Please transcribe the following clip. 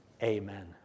Amen